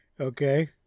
okay